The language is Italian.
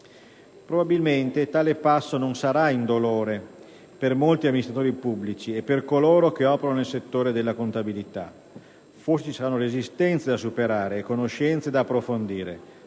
Probabilmente tale passo non sarà indolore per molti amministratori pubblici e per coloro che operano nel settore della contabilità; forse ci saranno resistenze da superare e conoscenze da approfondire.